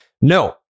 No